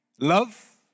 Love